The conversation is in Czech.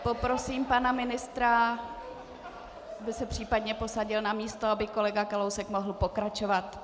Poprosím pana ministra, aby se případně posadil na místo, aby kolega Kalousek mohl pokračovat.